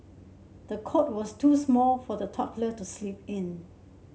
the cot was too small for the toddler to sleep in